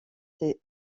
ses